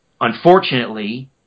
Unfortunately